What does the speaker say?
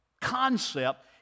concept